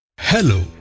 Hello